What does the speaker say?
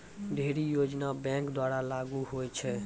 ढ़ेरी योजना बैंक द्वारा लागू होय छै